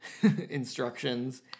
instructions